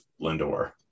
Lindor